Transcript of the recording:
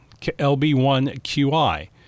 LB1QI